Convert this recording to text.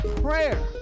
prayer